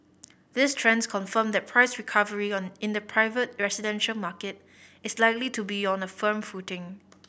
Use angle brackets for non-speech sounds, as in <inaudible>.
these trends confirm that price recovery <unintelligible> in the private residential market is likely to be on a firm footing